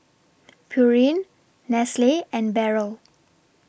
Pureen Nestle and Barrel